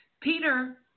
Peter